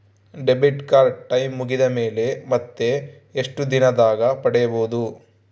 Debit card time ಮುಗಿದ ಮೇಲೆ ಮತ್ತೆ ಎಷ್ಟು ದಿನದಾಗ ಪಡೇಬೋದು?